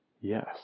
yes